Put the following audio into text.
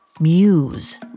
Muse